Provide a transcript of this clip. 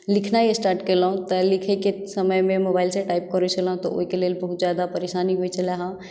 लिखनाइ स्टार्ट केलहुँ तऽ लिखैके समयमे मोबाईल सॅं टाइप करै छलहुँ तऽ ओहिकेॅं लेल बहुत जादा परेशानी होइत छल हँ